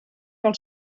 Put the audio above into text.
pel